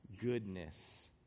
goodness